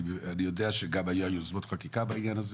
אני יודע גם שהיו יוזמות חקיקה בעניין הזה,